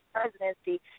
presidency